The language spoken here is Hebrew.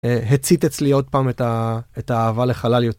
הצית אצלי עוד פעם את ה, את האהבה לחלל...